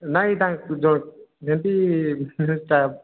ନାଇଁ ତାଙ୍କ ଯେଉଁ ଯେମିତି ଟା